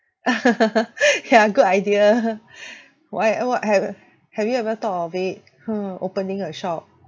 yeah good idea why uh what have have you ever thought of it hmm opening a shop